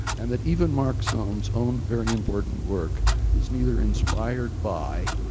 and that even mark soames' own very important work is neither inspired by,